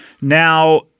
Now